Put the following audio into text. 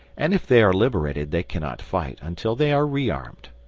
and if they are liberated they cannot fight until they are rearmed.